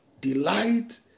delight